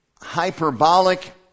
hyperbolic